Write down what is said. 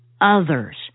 others